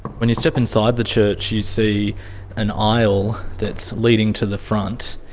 when you step inside the church you see an aisle that's leading to the front,